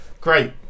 Great